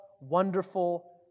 wonderful